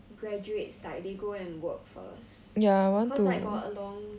graduates like they go and work first cause like got a long